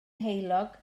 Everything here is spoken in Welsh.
heulog